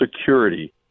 security